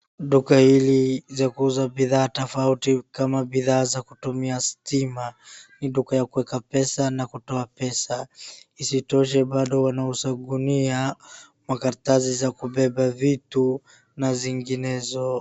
Duka hili la kuuza bidhaa tofauti kama bidhaa za kutumia stima, ni duka ya kuweka pesa na kutoa pesa, isitoshe bado wanauza gunia, makaratasi za kubeba vitu, na zinginezo.